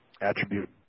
attribute